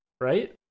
Right